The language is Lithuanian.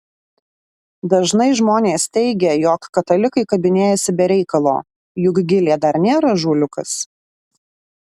dažnai žmonės teigia jog katalikai kabinėjasi be reikalo juk gilė dar nėra ąžuoliukas